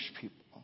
people